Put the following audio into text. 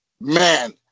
man